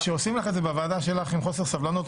כשעושים לך את זה בוועדה בחוסר סבלנות,